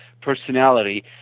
personality